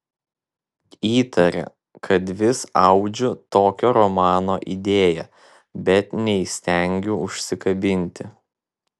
įtarė kad vis audžiu tokio romano idėją bet neįstengiu užsikabinti